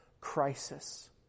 crisis